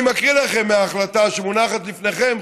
אני מקריא לכם מההחלטה שמונחת לפניכם,